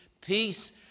peace